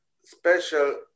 special